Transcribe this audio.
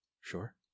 Sure